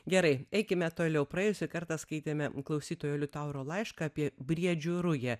gerai eikime toliau praėjusį kartą skaitėme klausytojo liutauro laišką apie briedžių rują